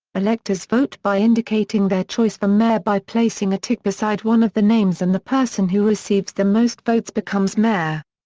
electors vote by indicating their choice for mayor by placing a tick beside one of the names and the person who receives the most votes becomes mayor.